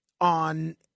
on